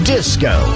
Disco